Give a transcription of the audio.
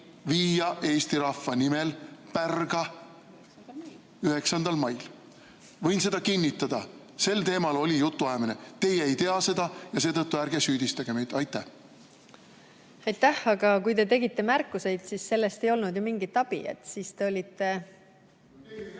viia Eesti rahva nimel pärga 9. mail. Võin seda kinnitada. Sel teemal oli jutuajamine. Teie ei tea seda ja seetõttu ärge süüdistage meid. Aitäh! Aga kui te tegite märkuse, siis sellest ei olnud ju mingit abi, siis te olite ...